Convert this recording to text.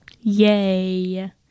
Yay